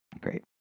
Great